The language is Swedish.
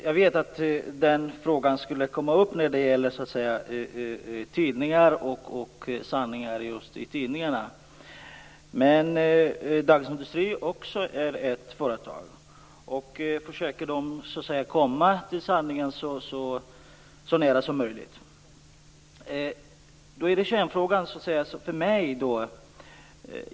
Fru talman! Jag visste att frågan om tidningar och sanningar i tidningar skulle komma upp. Men Dagens Industri är också ett företag, och man försöker komma sanningen så nära som möjligt. Då återstår kärnfrågan för mig.